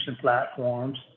platforms